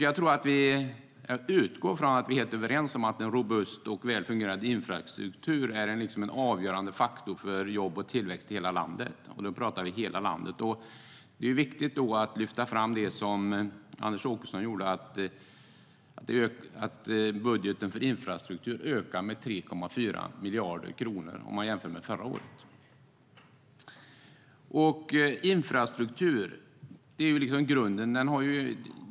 Jag utgår från att vi är helt överens om att en robust och väl fungerande infrastruktur är en avgörande faktor för jobb och tillväxt i hela landet. Då talar vi om hela landet. Det är viktigt att lyfta fram, vilket Anders Åkesson också gjorde, att budgeten för infrastrukturen ökar med 3,4 miljarder kronor jämfört med förra året. Infrastrukturen är grunden.